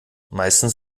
meistens